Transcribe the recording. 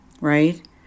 right